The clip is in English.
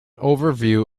overview